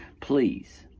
please